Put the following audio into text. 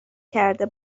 کرده